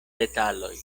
detaloj